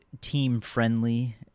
team-friendly